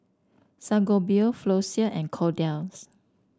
Sangobion Floxia and Kordel's